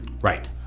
right